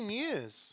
years